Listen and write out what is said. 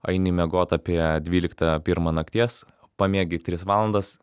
eini miegot apie dvyliktą pirmą nakties pamiegi tris valandas